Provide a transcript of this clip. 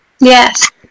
Yes